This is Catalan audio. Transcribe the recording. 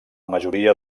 majoria